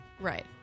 Right